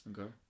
okay